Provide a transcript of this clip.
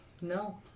No